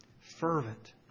Fervent